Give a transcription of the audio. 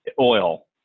oil